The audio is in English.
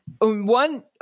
one